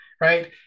right